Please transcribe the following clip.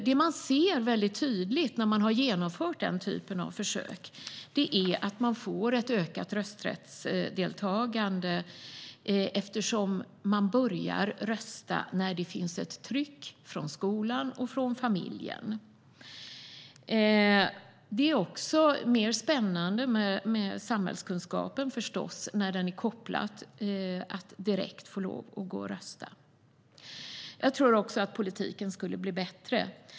Det man sett väldigt tydligt när man genomfört den typen av försök är att man får ett ökat valdeltagande, eftersom man börjar rösta när det finns ett tryck från skolan och från familjen. Det är förstås också mer spännande med samhällskunskapen när den är kopplad till att direkt få lov att gå och rösta. Jag tror också att politiken skulle bli bättre.